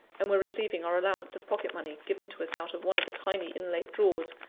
and were receiving our allowance of pocket-money, given to us out of one of the tiny inlaid drawers,